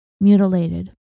mutilated